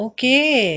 Okay